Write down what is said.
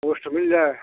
post मिल जाए